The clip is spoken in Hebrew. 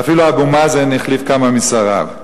ואפילו אבו מאזן החליף כמה משריו.